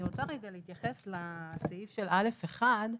אני רוצה להתייחס לסעיף (א1).